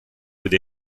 with